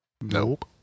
Nope